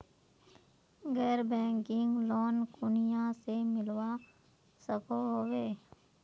गैर banking loan कुनियाँ से मिलवा सकोहो होबे?